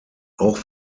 auch